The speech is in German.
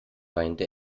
weinte